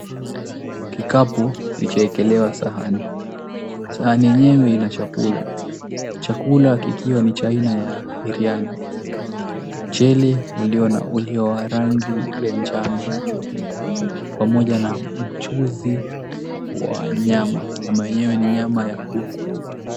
Kikapu kikiekelewa sahani, sahani yenyewe ina chakula. Chakula kikiwa ni cha aina ya biriani. Mchele uliowarangi ya njano pamoja na mchuzi wa nyama. Nyama yenyewe ni nyama ya kuku.